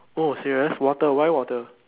oh serious water why water